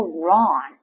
wrong